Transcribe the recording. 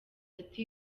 ati